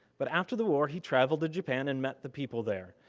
but after the war he traveled to japan and met the people there.